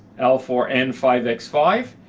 l, four, n, five, x, five.